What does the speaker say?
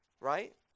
right